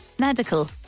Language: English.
medical